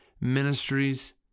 ministries